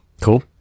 Cool